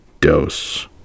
dose